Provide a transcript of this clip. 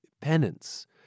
penance